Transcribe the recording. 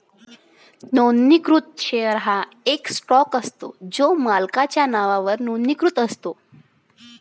नोंदणीकृत शेअर हा एक स्टॉक असतो जो मालकाच्या नावावर नोंदणीकृत असतो